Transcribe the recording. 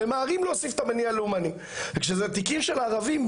ממהרים להוסיף את המניע הלאומני וכשזה תיקים של ערבים,